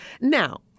Now